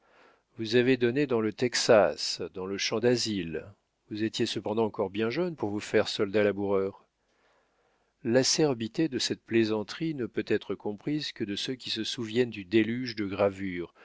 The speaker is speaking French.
vous avez donné dans le texas dans le champ dasile vous étiez cependant encore bien jeune pour vous faire soldat laboureur l'acerbité de cette plaisanterie ne peut être comprise que de ceux qui se souviennent du déluge de gravures